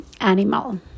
animal